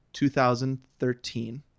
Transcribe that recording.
2013